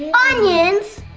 like onions!